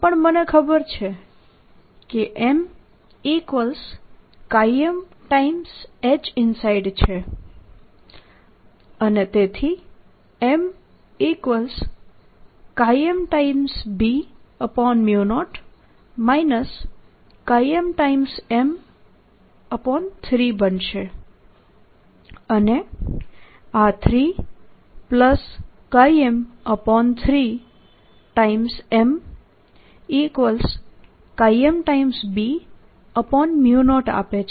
પણ મને ખબર છે કે MMHinside છે અને તેથી MM B0 M M3 બનશે અને આ 3 M3MMB0 આપે છે જેથી M3M3MB0મળે છે